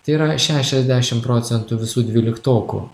tai yra šešiasdešimt procentų visų dvyliktokų